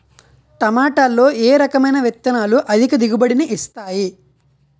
టమాటాలో ఏ రకమైన విత్తనాలు అధిక దిగుబడిని ఇస్తాయి